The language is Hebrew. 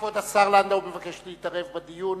כבוד השר לנדאו מבקש להתערב בדיון.